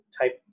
type